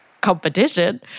competition